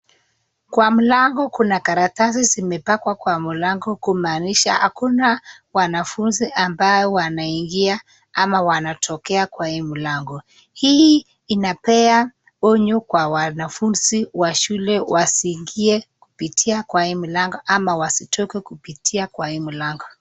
Kwa mlango kuna karatasi zimepangwa kwa mlango kumaanisha hakuna wanafunzi ambao wanaingia ama wanatokea kwa hii mlango. Hii inapea onyo kwa wanafunzi wa shule wasiingie kupitia kwa hii mlango ama wasitoke kupitia kwa hii mlango.